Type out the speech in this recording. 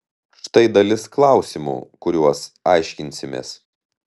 štai dalis klausimų kuriuos aiškinsimės